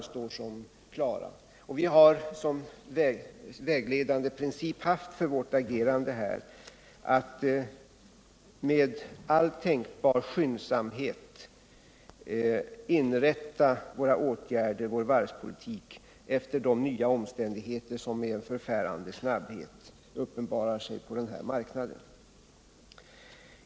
Vi har som vägledande princip för vårt agerande haft att med all tänkbar skyndsamhet anpassa vår varvspolitik efter de nya omständigheter som med en förfärande snabbhet uppenbarar sig på denna marknad.